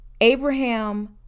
Abraham